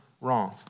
wrong